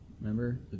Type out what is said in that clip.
remember